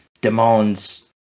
demands